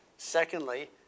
Secondly